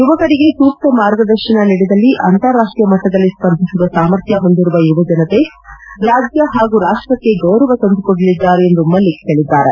ಯುವಕರಿಗೆ ಸೂಕ್ತ ಮಾರ್ಗದರ್ಶನ ನೀಡಿದಲ್ಲಿ ಅಂತಾರಾಷ್ಟೀಯ ಮಟ್ಟದಲ್ಲಿ ಸ್ಪರ್ಧಿಸುವ ಸಾಮರ್ಥ್ಯ ಹೊಂದಿರುವ ಯುವಜನತೆ ರಾಜ್ಯ ಹಾಗೂ ರಾಷ್ಟಕ್ಕೆ ಗೌರವ ತಂದುಕೊಡಲಿದ್ದಾರೆ ಎಂದು ಮಲ್ಡಿಕ್ ಹೇಳಿದ್ದಾರೆ